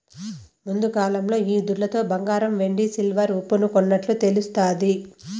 ముందుకాలంలో ఈ దుడ్లతో బంగారం వెండి సిల్వర్ ఉప్పును కొన్నట్టు తెలుస్తాది